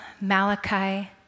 Malachi